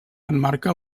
emmarca